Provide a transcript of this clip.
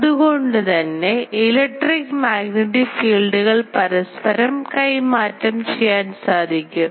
അതുകൊണ്ടുതന്നെ electric magnetic ഫീൽഡുകൾ പരസ്പരം കൈമാറ്റം ചെയ്യാൻ സാധിക്കും